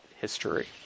history